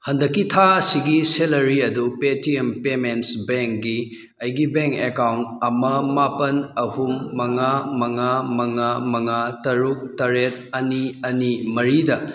ꯍꯟꯗꯛꯀꯤ ꯊꯥ ꯑꯁꯤꯒꯤ ꯁꯦꯂꯔꯤ ꯑꯗꯨ ꯄꯦꯇꯤꯑꯦꯝ ꯄꯦꯃꯦꯟꯁ ꯕꯦꯡꯀꯤ ꯑꯩꯒꯤ ꯕꯦꯡ ꯑꯦꯀꯥꯎꯟ ꯑꯃ ꯃꯥꯄꯜ ꯑꯍꯨꯝ ꯃꯉꯥ ꯃꯉꯥ ꯃꯉꯥ ꯃꯉꯥ ꯇꯔꯨꯛ ꯇꯔꯦꯠ ꯑꯅꯤ ꯑꯅꯤ ꯃꯔꯤꯗ